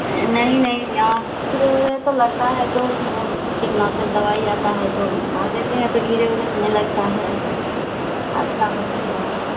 नहीं नहीं यहाँ कीड़े उड़े तो लगता है तो इसमें कितना तक दवाई आती है तो ला देते हैं तो कीड़े उड़े नहीं लगता है अच्छा होते हैं